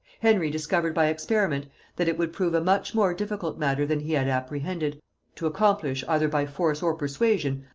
henry discovered by experiment that it would prove a much more difficult matter than he had apprehended to accomplish, either by force or persuasion,